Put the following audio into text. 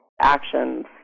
actions